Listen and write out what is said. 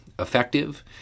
effective